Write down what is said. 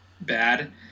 bad